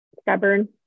stubborn